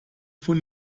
von